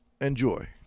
Enjoy